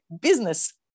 business